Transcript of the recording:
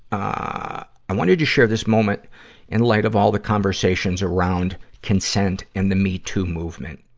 ah i wanted to share this moment in light of all the conversations around consent and the me too movement.